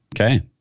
Okay